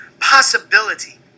possibility